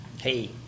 hey